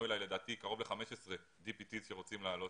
אלי לדעתי קרוב ל-15 בעלי תואר DPT שרוצים לעלות.